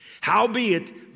Howbeit